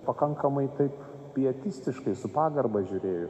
pakankamai taip pietistiškai su pagarba žiūrėjo